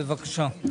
בבקשה.